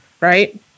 right